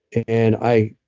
and i,